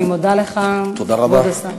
אני מודה לך, כבוד השר.